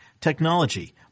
technology